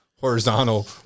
horizontal